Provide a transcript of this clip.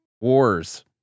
wars